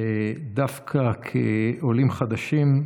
דווקא כעולים חדשים.